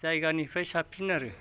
जायगानिफ्राइ साबसिन आरो